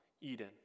Eden